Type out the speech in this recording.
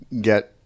get